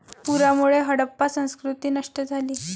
पुरामुळे हडप्पा संस्कृती नष्ट झाली